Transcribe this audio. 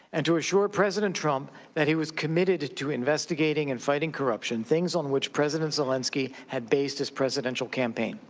and to assure president trump that he was committed to investigating and fighting corruption, things on which president zelensky had based his presidential campaign.